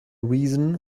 reason